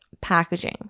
packaging